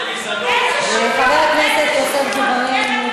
חבר הכנסת יוסף ג'בארין.